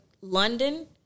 London